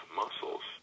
muscles